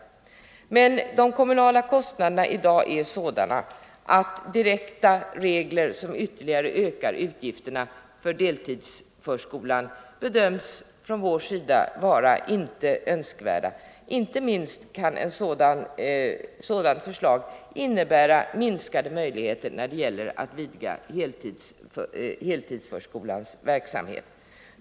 Men de kommunala kostnaderna är i dag sådana att vi på vårt håll bedömer direkta regler som ökar utgifterna för deltidsförskolan inte vara önskvärda. Inte minst kan ett sådant förslag innebära minskade möjligheter när det gäller att vidga heltidsförskolans verksamhet.